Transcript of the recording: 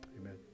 amen